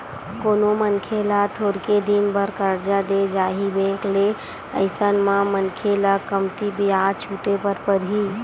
कोनो मनखे ल थोरके दिन बर करजा देय जाही बेंक ले अइसन म मनखे ल कमती बियाज छूटे बर परही